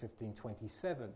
1527